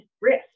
risk